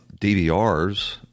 DVRs